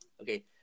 okay